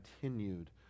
continued